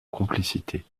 complicité